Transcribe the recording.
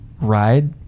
ride